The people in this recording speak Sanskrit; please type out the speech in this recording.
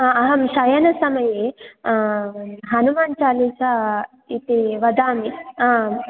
अहं शयनसमये हनुमान् चालीसा इति वदामि आम्